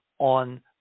on